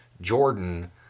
Jordan